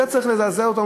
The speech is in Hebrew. צריך לזעזע אותנו